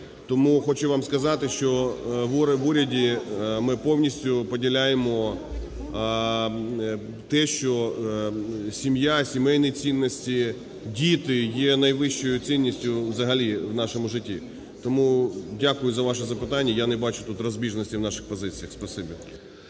Тому хочу вам сказати, що в уряді ми повністю поділяємо те, що сім'я, сімейні цінності, діти є найвищою цінністю взагалі в нашому житті. Тому дякую за ваше запитання. Я не бачу тут розбіжностей в наших позиціях.